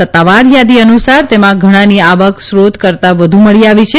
સત્તાવાર થાદી અનુસાર તેમાં ઘણાની આવક ોત કરતાં વધુ મળી આવી છે